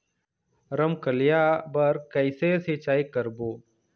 रमकलिया बर कइसे सिचाई करबो?